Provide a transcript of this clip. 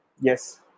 yes